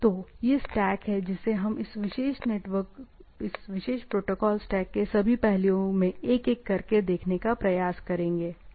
तो यह स्टैक है जिसे हम इस विशेष प्रोटोकॉल स्टैक के सभी पहलुओं में एक एक करके देखने का प्रयास करेंगे ठीक है